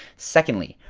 secondly,